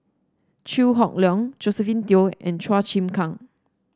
Chew Hock Leong Josephine Teo and Chua Chim Kang